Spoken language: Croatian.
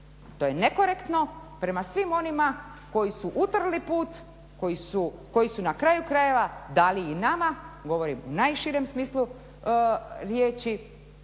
To je nekorektno prema svim onima koji su utrli put, koji su na kraju krajeva dali i nama, govorim u najširem smislu riječi,